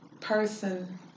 person